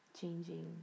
changing